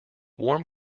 warm